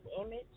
image